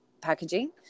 packaging